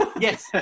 Yes